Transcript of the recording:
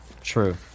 True